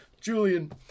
Julian